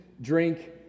drink